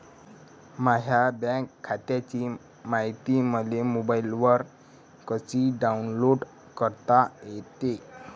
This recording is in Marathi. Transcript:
माह्या बँक खात्याची मायती मले मोबाईलवर कसी डाऊनलोड करता येते?